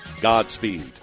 Godspeed